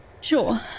sure